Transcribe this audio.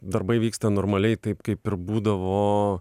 darbai vyksta normaliai taip kaip ir būdavo